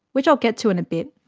which i'll get to in a bit.